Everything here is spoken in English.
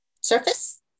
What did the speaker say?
Surface